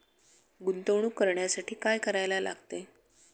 गुंतवणूक करण्यासाठी काय करायला लागते?